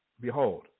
Behold